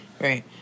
Right